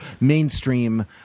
mainstream